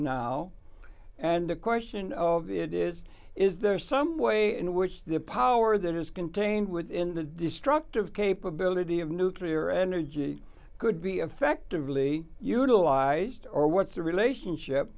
now and the question of it is is there some way in which the power that is contained within the destructive capability of nuclear energy could be effectively utilized or what's the relationship